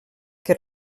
que